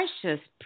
precious